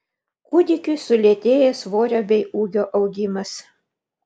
kūdikiui sulėtėja svorio bei ūgio augimas